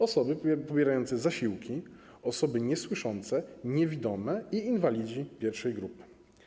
Osoby pobierające zasiłki, osoby niesłyszące, niewidome i inwalidzi I grupy.